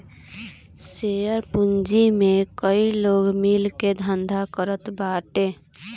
share पूंजी में कई लोग मिल के धंधा करत बाटे